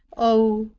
oh,